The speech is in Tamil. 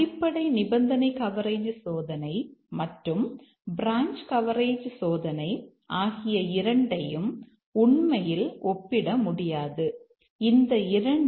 அடிப்படை நிபந்தனை கவரேஜ் சோதனை மற்றும் பிரான்ச் கவரேஜ் சோதனை ஆகிய 2 ஐயும் உண்மையில் ஒப்பிடமுடியாது